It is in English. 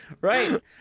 right